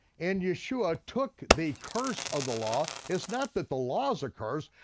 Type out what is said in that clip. and yeshua took the curse of the law, it's not that the laws are cursed,